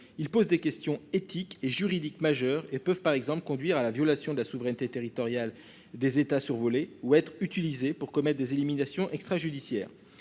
il pose des questions éthiques et juridiques majeurs et peuvent par exemple conduire à la violation de la souveraineté territoriale des États survoler ou être utilisées pour commettre des éliminations extrajudiciaires,